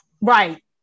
Right